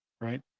right